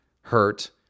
hurt